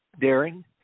daring